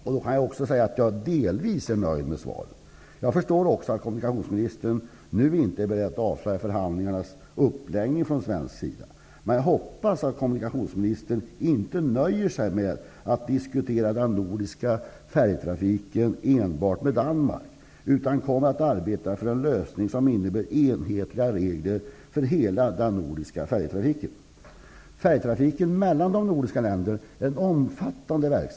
Jag kan säga att jag delvis är nöjd med svaret. Jag förstår också att kommunikationsministern inte är beredd att avslöja förhandlingarnas uppläggning från svensk sida. Men jag hoppas att kommunikationsministern inte nöjer sig med att diskutera den nordiska färjetrafiken enbart med Danmark, utan kommer att arbeta för en lösning som innebär enhetliga regler för hela den nordiska färjetrafiken. Färjetrafiken mellan de nordiska länderna är omfattande.